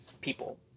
people